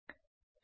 కాబట్టి ఏమిటి